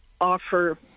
offer